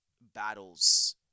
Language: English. battles